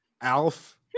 Alf